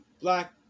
black